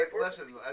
Listen